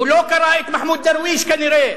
הוא לא קרא את מחמוד דרוויש כנראה,